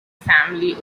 family